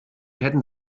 hätten